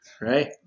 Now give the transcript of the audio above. right